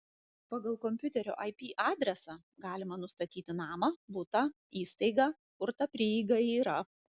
pagal kompiuterio ip adresą galima nustatyti namą butą įstaigą kur ta prieiga yra